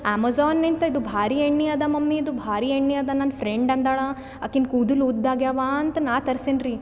ಆಮೆಝನ್ನಿಂತದು ಭಾರಿ ಎಣ್ಣೆ ಅದ ಮಮ್ಮಿ ಅದು ಭಾರಿ ಎಣ್ಣೆ ಅದ ನನ್ನ ಫ್ರೆಂಡ್ ಅಂದಾಳಾ ಆಕಿನ ಕೂದಲು ಉದ್ದ ಆಗ್ಯಾವ ಅಂತ ನಾ ತರಿಸಿನ್ರಿ